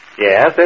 Yes